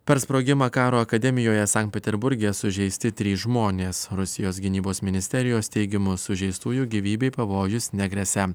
per sprogimą karo akademijoje sankt peterburge sužeisti trys žmonės rusijos gynybos ministerijos teigimu sužeistųjų gyvybei pavojus negresia